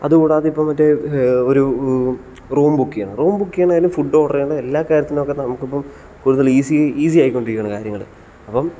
അതു കൂടാതെ ഇപ്പോൾ മറ്റേ ഒരു റൂം ബുക്ക് ചെയ്യണം റൂം ബുക്ക് ചെയ്യുന്നതിനും ഫുഡ് ഓർഡർ ചെയ്യാനും എല്ലാ കാര്യത്തിനും നമുക്ക് എന്ന നമുക്ക് ഇപ്പം കൂടുതൽ ഈസി ഈസിയായിക്കൊണ്ടിരിക്കുവാണ് കാര്യങ്ങൾ അപ്പം